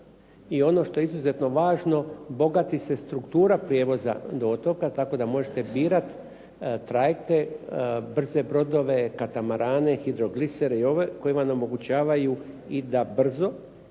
i ono što je izuzetno važno, bogati se struktura prijevoza do otoka tako da možete birati trajekte, brze brodove, katamarane, hidroglisere i ove koji vam omogućavaju i da brzo